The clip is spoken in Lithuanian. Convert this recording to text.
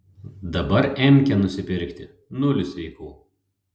dabar emkę nusipirkti nulis sveikų